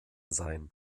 seien